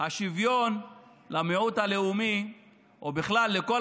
השוויון למיעוט הלאומי או בכלל לכל